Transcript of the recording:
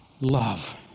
love